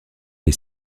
est